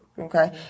Okay